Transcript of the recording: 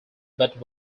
but